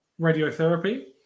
radiotherapy